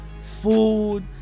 food